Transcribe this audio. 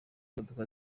modoka